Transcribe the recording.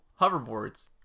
Hoverboards